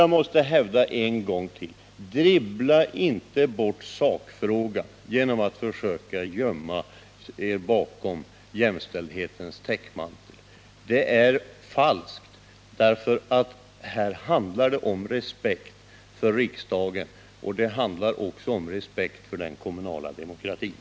Jag måste hävda en gång till: Dribbla inte bort sakfrågan genom att försöka gömma er bakom jämställdhetens täckmantel! Det är falskt, eftersom det här handlar om respekt för riksdagen och om respekt för den kommunala demokratin.